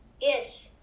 Yes